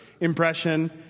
impression